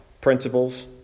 principles